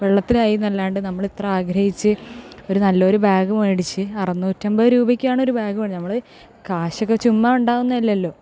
വെള്ളത്തിലായി എന്ന് അല്ലാണ്ട് നമ്മള് ഇത്ര ആഗ്രഹിച്ച് ഒരു നല്ലൊരു ബാഗ് മേടിച്ച് അറുന്നൂറ്റമ്പത് രൂപയ്ക്കാണ് ഒര് ബാഗ് മേടിച്ച നമ്മള് കാശൊക്കെ ചുമ്മാ ഉണ്ടാകുന്നത് അല്ലല്ലോ